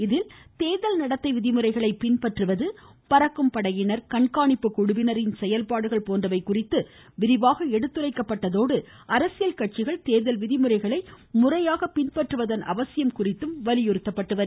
இதில் தேர்தல் நடத்தை விதிமுறைகள் பின்பற்றப்படுவது பறக்கும் படையினர் கண்காணிப்பு குழுவினர் செயல்பாடுகள் போன்றவை குறித்து விரிவாக எடுத்துரைக்கப்பட்டதோடு அரசியல் கட்சிகள் தேர்தல் விதிமுறைகளை முறையாக பின்பற்றுவதன் அவசியமும் வலியுறுத்தப்பட்டது